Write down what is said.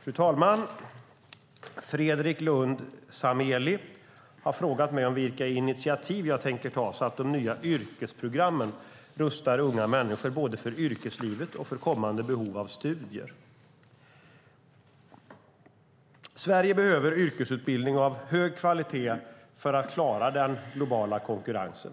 Fru talman! Fredrik Lundh Sammeli har frågat mig om vilka initiativ jag tänker ta så att de nya yrkesprogrammen rustar unga människor både för yrkeslivet och för kommande behov av studier. Sverige behöver yrkesutbildning av hög kvalitet för att klara den globala konkurrensen.